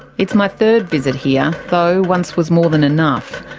it's my third visit here, though once was more than enough.